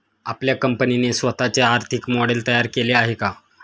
आपल्या कंपनीने स्वतःचे आर्थिक मॉडेल तयार केले आहे का?